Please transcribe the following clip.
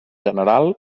general